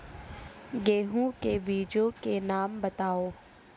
गेहूँ के बीजों के नाम बताओ?